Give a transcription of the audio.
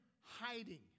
hiding